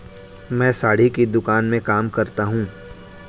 मैं साड़ी की दुकान में काम करता हूं